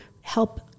help